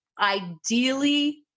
ideally